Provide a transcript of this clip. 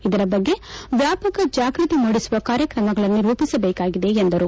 ಇದರ ಬಗ್ಗೆ ವ್ಯಾಪಕ ಜಾಗೃತಿ ಮೂಡಿಸುವ ಕಾರ್ಯಕ್ರಮಗಳನ್ನು ರೂಪಿಸಬೇಕಾಗಿದೆ ಎಂದರು